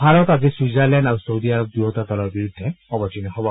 ভাৰত আজি ছুইজাৰলেণ্ড আৰু Saudi Arab দুয়োটা দলৰ বিৰুদ্ধে অৱতীৰ্ণ হ'ব